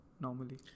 Normally